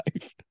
life